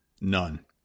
None